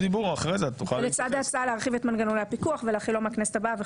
לנסות לתווך לכם כל